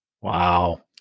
Wow